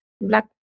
Black